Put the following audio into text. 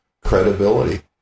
credibility